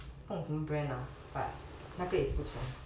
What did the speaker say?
不懂什么 brand lah but 那个也是不错